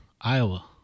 iowa